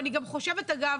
אני חושבת אגב,